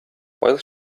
while